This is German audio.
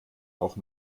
auch